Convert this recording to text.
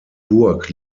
burg